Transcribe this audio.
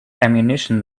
ammunition